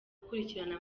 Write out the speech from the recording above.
gukurikirana